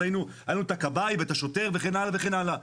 אז היה לנו את הכבאי, את השוטר וכן הלאה וכן הלאה.